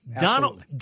Donald